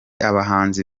abahanzi